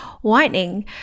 whitening